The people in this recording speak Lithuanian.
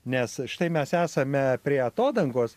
nes štai mes esame prie atodangos